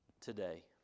today